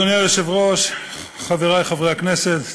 אדוני היושב-ראש, חברי חברי הכנסת,